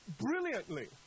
brilliantly